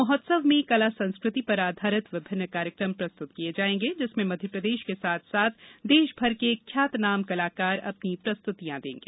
महोत्सव में कला संस्कृति पर आधारित विभिन्न कार्यक्रम प्रस्तुत किये जाएगे जिसमें मध्यप्रदेश के साथ साथ देशभर के ख्यातनाम कलाकार अपनी प्रस्तुतियां देंगे